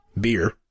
beer